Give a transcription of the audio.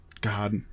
God